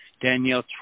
Danielle